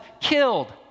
killed